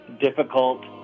difficult